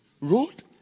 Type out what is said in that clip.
Road